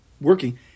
working